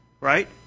right